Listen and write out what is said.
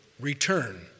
return